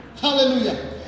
Hallelujah